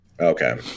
Okay